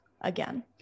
again